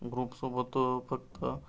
ग्रुपसोबत फक्त